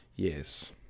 Yes